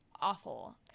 awful